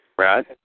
Right